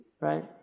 right